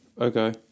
Okay